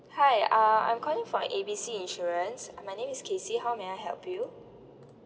hi uh I'm calling from A B C insurance my name is cassie how may I help you